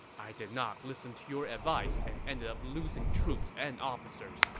i did not listen to your advice and ended up losing troops and officers,